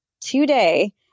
today